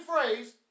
phrase